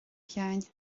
sheáin